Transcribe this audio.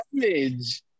damage